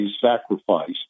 sacrificed